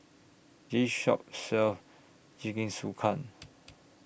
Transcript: This Shop sells Jingisukan